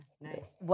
nice